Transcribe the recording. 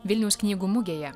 vilniaus knygų mugėje